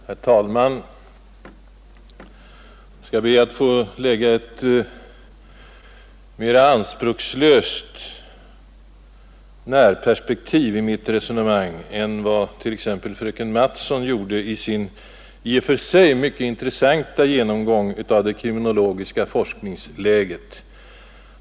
Herr talman! Jag skall be att få anlägga ett mera anspråkslöst närperspektiv i mitt resonemang än vad t.ex. fröken Mattson gjorde i sin i och för sig intressanta genomgång av det kriminologiska forskningsläget.